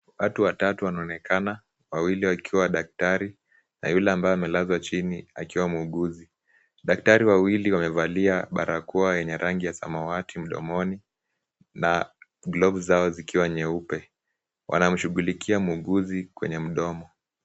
Watu watatu wanaonekana, wawili wakiwa daktari na yule ambaye amelazwa chini akiwa muuguzi, daktari wawili wamevalia barakoa yenye rangi ya samawati mdomoni na glovu zao zikiwa nyeupe, wanamshughulikia muuguzi kwenye mdomo.